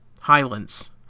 Highlands